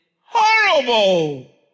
horrible